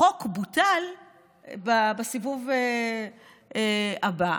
החוק בוטל בסיבוב הבא.